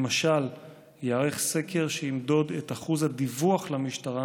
למשל ייערך סקר שימדוד את אחוז הדיווח למשטרה,